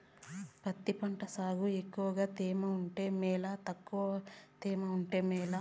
పత్తి పంట సాగుకు ఎక్కువగా తేమ ఉంటే మేలా తక్కువ తేమ ఉంటే మేలా?